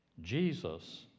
Jesus